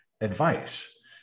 advice